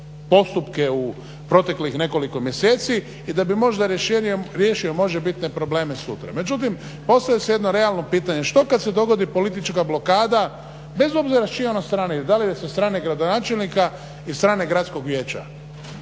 postupke u proteklih nekoliko mjeseci i da bi možda rješenjem riješio možebitne probleme sutra. Međutim postavlja se jedno realno pitanje što kad se dogodi politička blokada bez obzira s čije ona strane, da li sa strane gradonačelnika i strane gradskog vijeća.